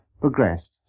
progressed